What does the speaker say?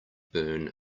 burn